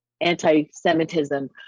anti-Semitism